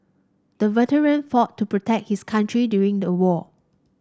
the veteran fought to protect his country during the war